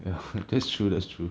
ya that's true that's true